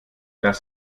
das